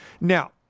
Now